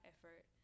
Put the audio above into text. effort